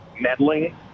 meddling